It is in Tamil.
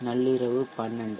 நள்ளிரவு 12